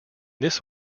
this